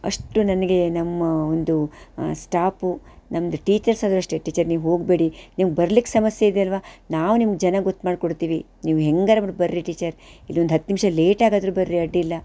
ಅಷ್ಟು ನನಗೆ ನಮ್ಮ ಒಂದು ಸ್ಟಾಪು ನಮ್ದು ಟೀಚರ್ಸ್ ಆದರೂ ಅಷ್ಟೇ ಟೀಚರ್ ನೀವು ಹೋಗಬೇಡಿ ನಿಮ್ಗೆ ಬರ್ಲಿಕ್ಕೆ ಸಮಸ್ಯೆ ಇದೆಯಲ್ಲವಾ ನಾವು ನಿಮ್ಗೆ ಜನ ಗೊತ್ತು ಮಾಡಿ ಕೊಡ್ತೀವಿ ನೀವು ಹೇಗಾರ ಮಾಡಿ ಬನ್ರೀ ಟೀಚರ್ ಇಲ್ಲ ಒಂದು ಹತ್ತು ನಿಮಿಷ ಲೇಟ್ ಆಗಿ ಆದರೂ ಬನ್ರೀ ಅಡ್ಡಿಯಲ್ಲ